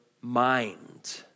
mind